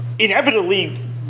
inevitably